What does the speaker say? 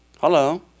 Hello